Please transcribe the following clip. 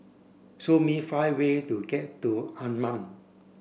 show me five ways to get to Amman